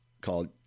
called